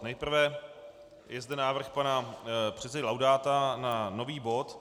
Nejprve je zde návrh pana předsedy Laudáta na nový bod.